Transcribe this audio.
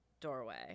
Doorway